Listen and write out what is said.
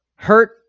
Hurt